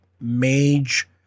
mage